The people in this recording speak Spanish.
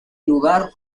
lugar